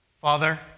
Father